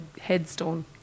headstone